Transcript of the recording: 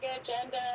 agenda